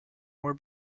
more